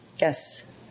Yes